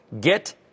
Get